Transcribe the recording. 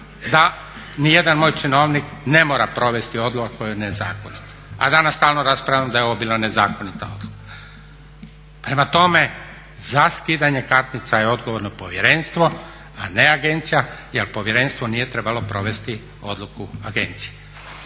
da nijedan moj činovnik ne mora provesti odluku koja je nezakonita. A danas stalno raspravljamo da je ovo bila nezakonita odluka. Prema tome, za skidanje kartica je odgovorno povjerenstvo, a ne agencija jer povjerenstvo nije trebalo provesti odluku agencije.